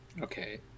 Okay